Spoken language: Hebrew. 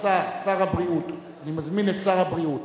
השר, שר הבריאות, אני מזמין את שר הבריאות,